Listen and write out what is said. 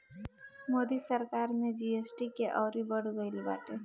मोदी सरकार में जी.एस.टी के अउरी बढ़ गईल बाटे